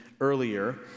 earlier